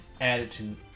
attitude